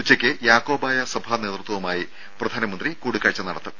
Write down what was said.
ഉച്ചയ്ക്ക് യാക്കോബായ സഭാ നേതൃത്വവുമായി അദ്ദേഹം കൂടിക്കാഴ്ച നടത്തും